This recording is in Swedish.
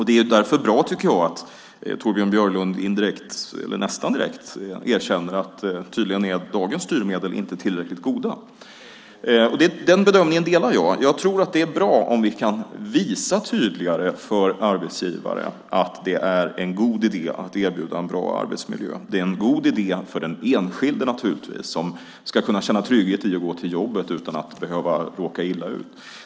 Det är därför bra, tycker jag, att Torbjörn Björlund indirekt, eller nästan direkt, erkänner att dagens styrmedel tydligen inte är tillräckligt goda. Den bedömningen delar jag. Jag tror att det är bra om vi tydligare kan visa för arbetsgivare att det är en god idé att erbjuda en bra arbetsmiljö. Det är naturligtvis en god idé för den enskilde som ska kunna känna trygghet i att gå till jobbet utan att behöva råka illa ut.